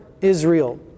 Israel